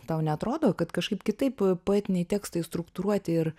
tau neatrodo kad kažkaip kitaip poetiniai tekstai struktūruoti ir